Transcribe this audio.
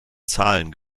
zahlen